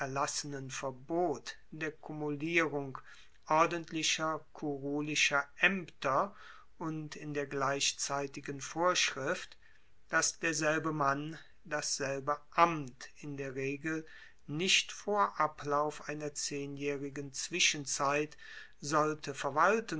erlassenen verbot der kumulierung ordentlicher kurulischer aemter und in der gleichzeitigen vorschrift dass derselbe mann dasselbe amt in der regel nicht vor ablauf einer zehnjaehrigen zwischenzeit solle verwalten